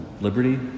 liberty